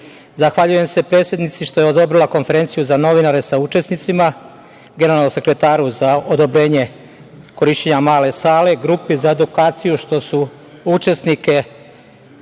se predsednici što je odobrila konferenciju za novinare sa učesnicima, generalnom sekretaru za odobrenje korišćenja male sale, Grupi za edukaciju što su učesnike